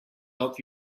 help